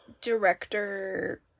director